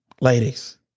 Ladies